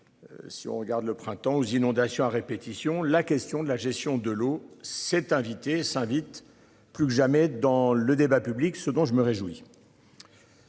Si on regarde le printemps aux inondations à répétition, la question de la gestion de l'eau cet invité s'invite plus que jamais dans le débat public. Ce dont je me réjouis.